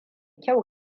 kyau